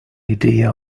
idea